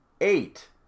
Eight